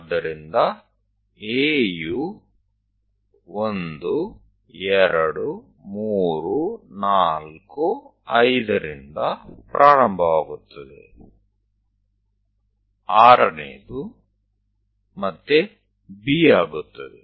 ಆದ್ದರಿಂದ A ಯು 1 2 3 4 5 ರಿಂದ ಪ್ರಾರಂಭವಾಗುತ್ತದೆ ಆರನೆಯದು ಮತ್ತೆ B ಆಗುತ್ತದೆ